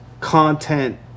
content